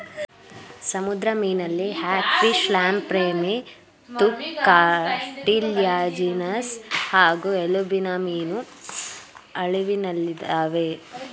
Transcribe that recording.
ಸಮುದ್ರ ಮೀನಲ್ಲಿ ಹ್ಯಾಗ್ಫಿಶ್ಲ್ಯಾಂಪ್ರೇಮತ್ತುಕಾರ್ಟಿಲ್ಯಾಜಿನಸ್ ಹಾಗೂ ಎಲುಬಿನಮೀನು ಅಳಿವಿನಲ್ಲಿದಾವೆ